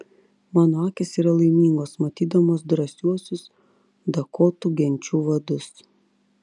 mano akys yra laimingos matydamos drąsiuosius dakotų genčių vadus